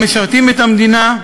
המשרתים את המדינה,